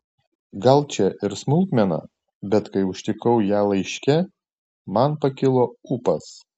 gal čia ir smulkmena bet kai užtikau ją laiške man pakilo ūpas